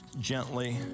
gently